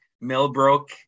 Millbrook